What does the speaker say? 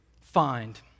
find